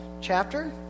chapter